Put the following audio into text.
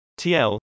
TL